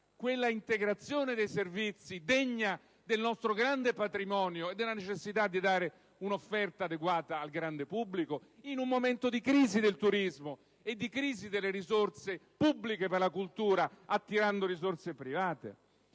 quella integrazione dei servizi degna del nostro grande patrimonio e della necessità di dare un'offerta adeguata al grande pubblico, in un momento di crisi del turismo e delle risorse pubbliche per la cultura, attirando risorse private?